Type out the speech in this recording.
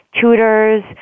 tutors